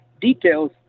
details